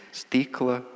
stikla